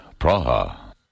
Praha